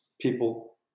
people